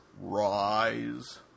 rise